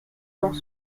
dans